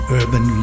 urban